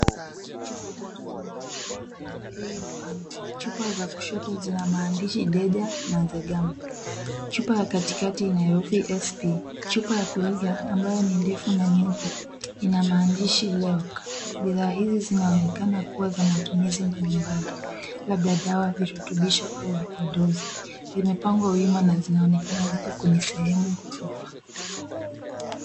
Chupa tatu zenye lebo mbali mbali zimepangwa. Chupa za kushoto zina maandishi DEJA na NZEGAMB . Chupa ya kati kati ina herufi SP[ cs]. Chupa ya kulia ambayo ni ndefu na nyeupe, ina maandishi LEOK . Bidhaa hizi zinaonekana kuwa za matumizi mbali mbali, labda dawa, virutubisho au vipodozi. Zimepangwa wima na zinaonekana ziko kwenye sehemu ghorofa.